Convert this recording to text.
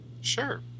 Sure